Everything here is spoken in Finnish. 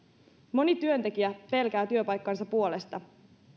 moni työntekijä pelkää työpaikkansa puolesta